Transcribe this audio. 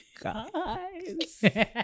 guys